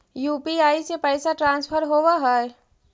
UPI से पैसा transfer होवहै?